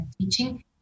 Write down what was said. teaching